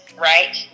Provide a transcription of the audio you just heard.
right